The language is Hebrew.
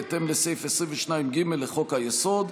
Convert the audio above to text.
בהתאם לסעיף 22(ג) לחוק-היסוד,